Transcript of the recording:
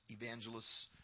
evangelists